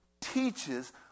teaches